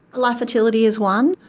life fertility is one.